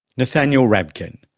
nathaniel rabkin,